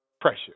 pressure